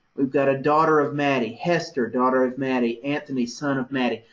we've got a daughter of mattie, hester, daughter of mattie, anthony, son of mattie.